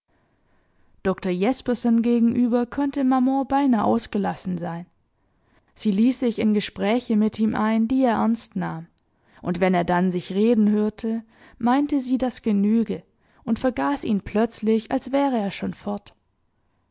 dr jespersen gegenüber konnte maman beinah ausgelassen sein sie ließ sich in gespräche mit ihm ein die er ernst nahm und wenn er dann sich reden hörte meinte sie das genüge und vergaß ihn plötzlich als wäre er schon fort